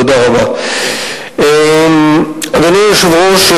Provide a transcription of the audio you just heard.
אדוני היושב-ראש,